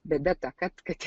bėda ta kad kad